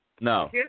No